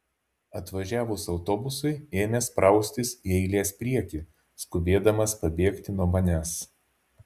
atvažiavus autobusui ėmė spraustis į eilės priekį skubėdamas pabėgti nuo manęs